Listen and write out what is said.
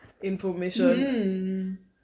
information